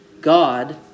God